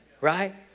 Right